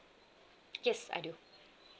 yes I do